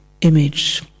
image